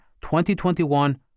2021